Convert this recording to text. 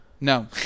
No